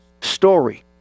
story